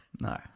No